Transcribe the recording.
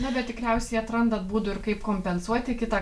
na bet tikriausiai atrandat būdų ir kaip kompensuoti kitą